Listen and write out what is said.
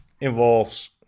involves